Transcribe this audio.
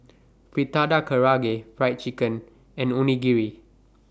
Fritada Karaage Fried Chicken and Onigiri